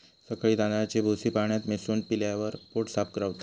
सकाळी तांदळाची भूसी पाण्यात मिसळून पिल्यावर पोट साफ रवता